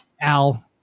Al